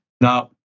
Now